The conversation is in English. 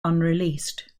unreleased